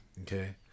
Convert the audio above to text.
Okay